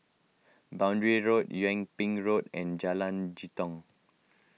Boundary Road Yung Ping Road and Jalan Jitong